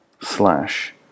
slash